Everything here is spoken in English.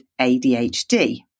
ADHD